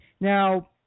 Now